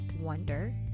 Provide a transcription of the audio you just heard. wonder